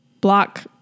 block